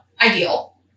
ideal